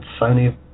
Sony